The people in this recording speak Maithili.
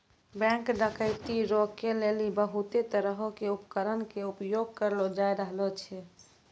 बैंक डकैती रोकै लेली बहुते तरहो के उपकरण के प्रयोग करलो जाय रहलो छै